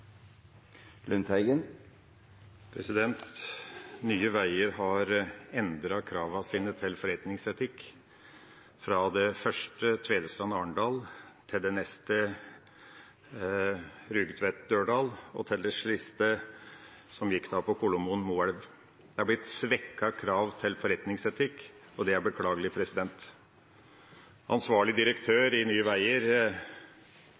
Nye Veier har endret kravene sine til forretningsetikk fra det første prosjektet, Tvedestrand–Arendal, til det neste, Rugtvedt–Dørdal, og til det siste, som gikk fra Kolomoen til Moelv. Det har blitt svekkede krav til forretningsetikk, og det er beklagelig. Ansvarlig